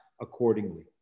accordingly